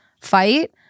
fight